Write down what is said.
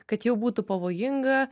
kad jau būtų pavojinga